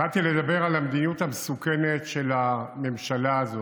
באתי לדבר על המדיניות המסוכנת של הממשלה הזאת.